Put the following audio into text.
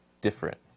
Different